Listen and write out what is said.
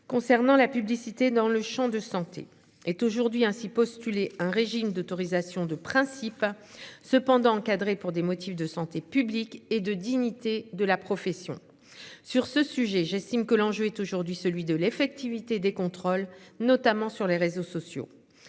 Concernant la publicité dans le Champ de santé est aujourd'hui hein si postuler un régime d'autorisation de principe cependant encadré pour des motifs de santé publique et de dignité de la profession. Sur ce sujet, j'estime que l'enjeu est aujourd'hui celui de l'effectivité des contrôles, notamment sur les réseaux sociaux.